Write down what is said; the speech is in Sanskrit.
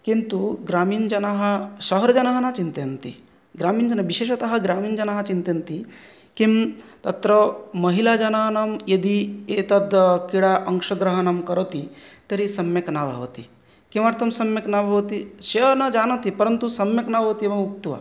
किन्तु ग्रामीणना शहर् जना न चिन्तयन्ति ग्रामीणजना विशेषत ग्रामीणजना चिन्तयन्ति किं तत्र महिला जनानां यदि एतत् क्रीडा अंशग्रहणं करोति तर्हि सम्यक् न भवति किमर्थं सम्यक् न भवति सा न जानाति परन्तु सम्यक् न भवति मम उक्त्वा